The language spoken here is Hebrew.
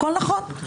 הכול נכון.